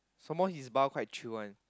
some more his bar quite chill one